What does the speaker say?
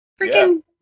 Freaking